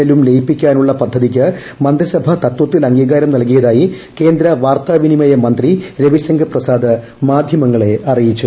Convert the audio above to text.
L ഉം ലയിപ്പിക്കാനുള്ള പദ്ധതിക്ക് മന്ത്രിസഭ തത്വത്തിൽ അംഗീകാരം നൽകിയതായി കേന്ദ്ര വാർത്താവിനിമയ മന്ത്രി രവിശങ്കൾ പ്രസാദ് മാധ്യമങ്ങളെ അറിയിച്ചു